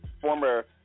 former